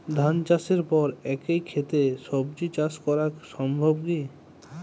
ধান চাষের পর একই ক্ষেতে সবজি চাষ করা সম্ভব কি?